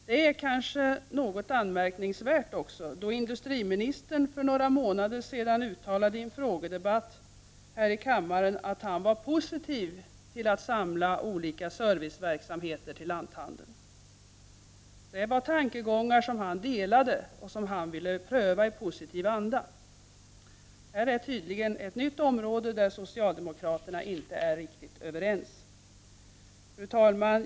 Det är kanske något anmärkningsvärt, då industriministern för några månader sedan i en frågedebatt här i kammaren uttalade att han var positiv till att samla olika serviceverksamheter till lanthandeln. Detta var tankegångar som han delade och ville pröva i positiv anda. Detta är tydligen ännu ett område där socialdemokraterna inte är riktigt överens. Fru talman!